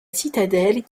citadelle